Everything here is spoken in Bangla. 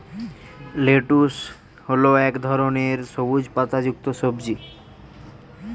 লেটুস হল এক ধরনের সবুজ পাতাযুক্ত সবজি